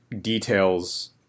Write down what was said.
details